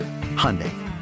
Hyundai